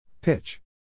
Pitch